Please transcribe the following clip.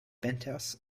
penthouse